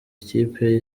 ikipe